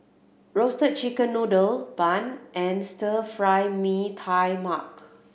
Roasted Chicken Noodle bun and stir fried nee tai mak